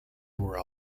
were